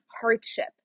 hardship